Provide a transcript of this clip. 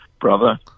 brother